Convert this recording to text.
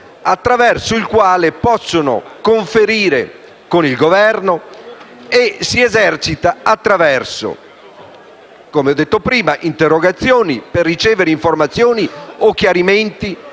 attraverso il quale possono conferire con il Governo, e si esercita attraverso: "interrogazioni", per ricevere informazioni o chiarimenti